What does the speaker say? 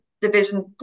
Division